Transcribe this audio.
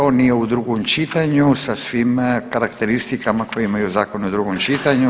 On nije u drugom čitanju sa svim karakteristikama koje imaju zakoni u drugom čitanju.